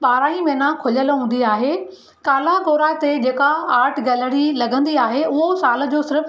ॿारहं ई महीना खुलियल हूंदी आहे काला गोरा ते जेका आर्ट गैलरी लॻंदी आहे उहो सालु जो सिर्फ़ु